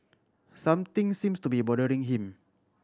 something seems to be bothering him